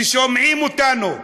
ששומעים אותנו,